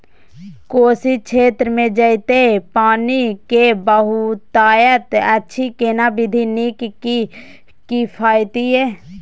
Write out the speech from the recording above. कोशी क्षेत्र मे जेतै पानी के बहूतायत अछि केना विधी नीक आ किफायती ये?